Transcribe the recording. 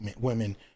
women